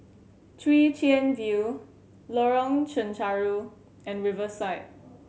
Chwee Chian View Lorong Chencharu and Riverside